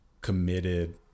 committed